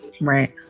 Right